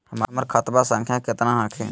हमर खतवा संख्या केतना हखिन?